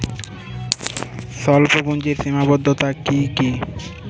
স্বল্পপুঁজির সীমাবদ্ধতা কী কী?